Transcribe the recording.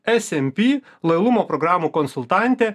smp lojalumo programų konsultantė